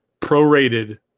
prorated